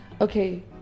Okay